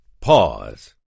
pause